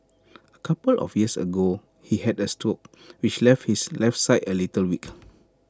A couple of years ago he had A stroke which left his left side A little weak